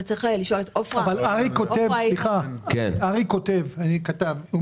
אריק כותב יש